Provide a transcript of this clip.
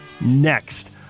next